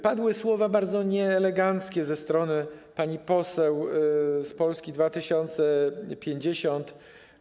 Padły bardzo nieeleganckie słowa ze strony pani poseł z Polski 2050.